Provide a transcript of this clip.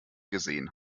gesehen